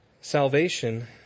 salvation